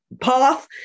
path